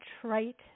trite